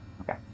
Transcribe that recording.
Okay